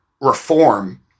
reform